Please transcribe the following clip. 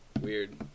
Weird